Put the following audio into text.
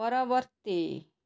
ପରବର୍ତ୍ତୀ